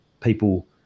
people